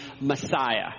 Messiah